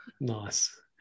Nice